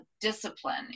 discipline